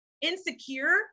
insecure